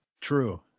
True